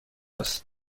است